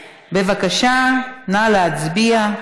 בבקשה, נא להצביע.